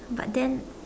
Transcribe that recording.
but then